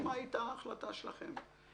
ומה היתה ההחלטה שלכם.